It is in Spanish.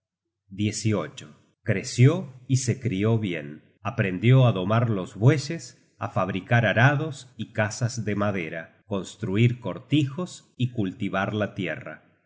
brillaban creció y se crió bien aprendió á domar los bueyes á fabricar arados y casas de madera construir cortijos y cultivar la tierra